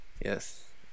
Yes